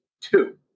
two